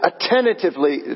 attentively